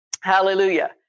Hallelujah